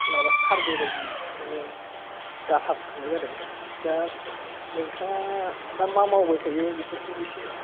माबा सारभे बायदि माने डाटा बुथुमनाय जादों दा नोंथाङा दा मावबाय थायो बेफोरखौ एसे